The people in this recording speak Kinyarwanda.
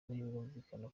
birumvikana